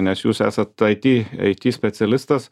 nes jūs esat aiti aiti specialistas